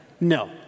No